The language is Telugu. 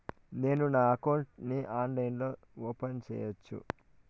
నేను నా అకౌంట్ ని ఆన్లైన్ లో ఓపెన్ సేయొచ్చా?